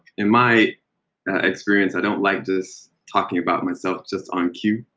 in my experience, i don't like just talking about myself just on cue,